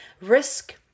risk